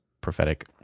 prophetic